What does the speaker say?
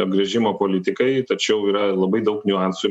apgręžimo politikai tačiau yra labai daug niuansų